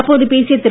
அப்போது பேசிய திரு